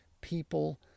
people